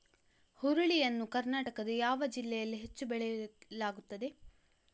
ಹುರುಳಿ ಯನ್ನು ಕರ್ನಾಟಕದ ಯಾವ ಜಿಲ್ಲೆಯಲ್ಲಿ ಹೆಚ್ಚು ಬೆಳೆಯಲಾಗುತ್ತದೆ?